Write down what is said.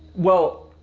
well,